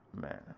Man